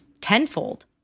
tenfold